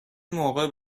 موقع